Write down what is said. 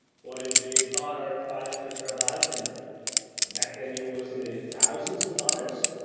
what is the dollar price per terabyte? and back then it was in the thousands of dollars,